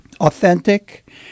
authentic